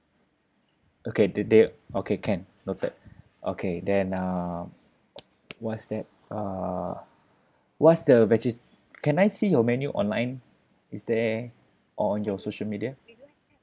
okay the day okay can noted okay then um what's that uh what's the vege~ can I see your menu online is there or on your social media